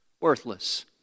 Worthless